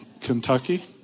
Kentucky